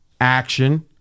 action